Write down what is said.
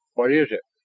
what is it?